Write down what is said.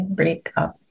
breakup